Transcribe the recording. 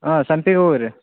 ಹಾಂ ಸಂಪಿಗೆ ಹೂವು ರೀ